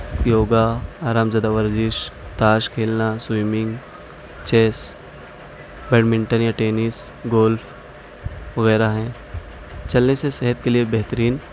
یوگا آرام زدہ ورزش تاش کھیلنا سویمنگ چیس بیٹمنٹن یا ٹینس گولف وغیرہ ہیں چلنے سے صحت کے لیے بہترین